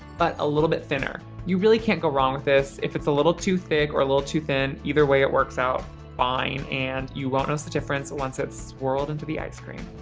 but a little bit thinner. you really can't go wrong with this. if it's a little too thick or a little too thin, either way it works out fine and you won't notice the difference once it's swirled into the ice cream.